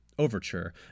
overture